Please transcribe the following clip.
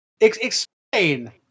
explain